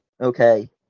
Okay